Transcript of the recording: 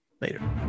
Later